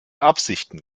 absichten